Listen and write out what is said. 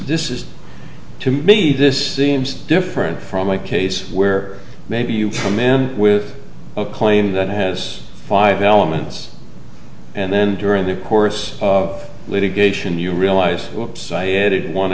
this is to me this seems different from a case where maybe you from him with a claim that has five elements and then during the course of litigation